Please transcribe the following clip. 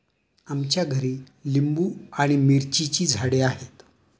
आमच्या घरी लिंबू आणि मिरचीची झाडे आहेत